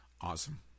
Awesome